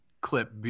clip